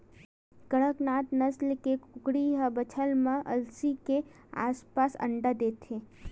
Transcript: कड़कनाथ नसल के कुकरी ह बछर म अस्सी के आसपास अंडा देथे